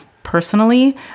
Personally